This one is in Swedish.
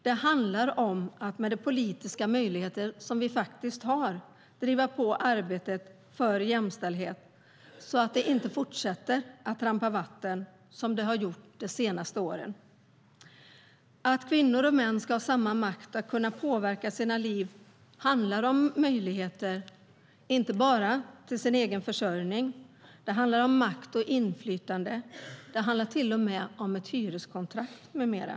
Det handlar om att med hjälp av de politiska möjligheter som finns driva på arbetet för jämställdhet så att man inte fortsätter att trampa vatten, som har skett de senaste åren. Att kvinnor och män ska ha samma makt att kunna påverka sina liv handlar om möjligheter, inte bara till sin egen försörjning. Det handlar om makt och inflytande. Det handlar till om med om hyreskontrakt med mera.